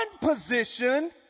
position